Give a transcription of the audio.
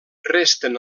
resten